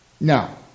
Now